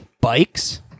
Bikes